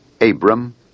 Abram